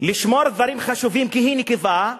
לשמור דברים חשובים כי היא נקבה?